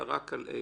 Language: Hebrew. אלא רק על אלה.